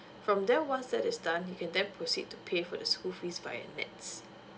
from there once that is done you can then proceed to pay for the school fees by NETS